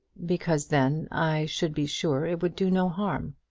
because then i should be sure it would do no harm.